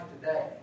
today